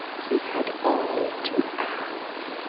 he had only to ask.